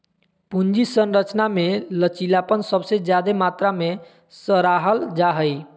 पूंजी संरचना मे लचीलापन सबसे ज्यादे मात्रा मे सराहल जा हाई